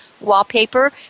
Wallpaper